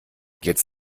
jetzt